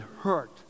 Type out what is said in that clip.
hurt